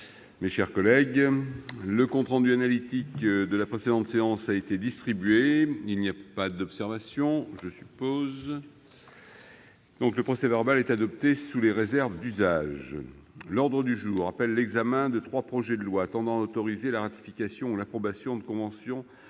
est ouverte. Le compte rendu analytique de la précédente séance a été distribué. Il n'y a pas d'observation ?... Le procès-verbal est adopté sous les réserves d'usage. L'ordre du jour appelle l'examen de trois projets de loi tendant à autoriser la ratification ou l'approbation de conventions